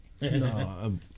No